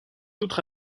autre